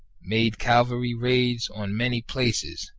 made cavalry raids on many places,